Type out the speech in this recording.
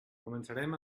començarem